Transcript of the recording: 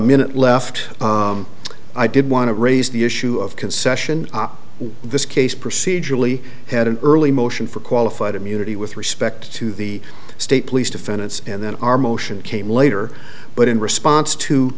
minute left i did want to raise the issue of concession this case procedurally had an early motion for qualified immunity with respect to the state police defendants and then our motion came later but in response to